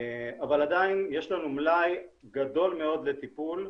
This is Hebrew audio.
אבל עדיין יש לנו מלאי גדול מאוד לטיפול.